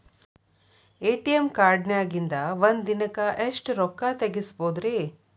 ATM ಕಾರ್ಡ್ನ್ಯಾಗಿನ್ದ್ ಒಂದ್ ದಿನಕ್ಕ್ ಎಷ್ಟ ರೊಕ್ಕಾ ತೆಗಸ್ಬೋದ್ರಿ?